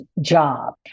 job